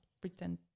pretend